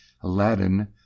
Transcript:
Aladdin